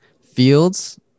Fields